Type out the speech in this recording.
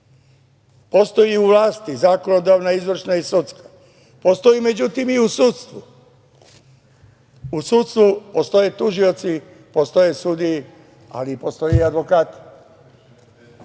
Postoji i u vlasti – zakonodavna, izvršna i sudska. Postoji međutim i u sudstvu. U sudstvu postoje tužioci, postoje sudije, ali postoje i advokati. Uz